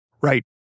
Right